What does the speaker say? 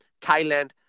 Thailand